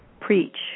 preach